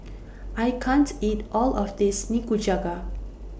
I can't eat All of This Nikujaga